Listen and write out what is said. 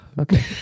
Okay